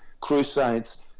Crusades